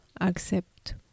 accept